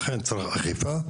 צריך שתהיה אכיפה.